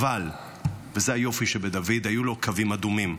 אבל היו לו קווים אדומים,